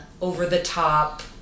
over-the-top